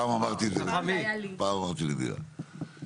ואני